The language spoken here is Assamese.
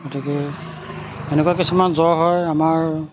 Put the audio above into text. গতিকে এনেকুৱা কিছুমান জ্বৰ হয় আমাৰ